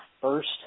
first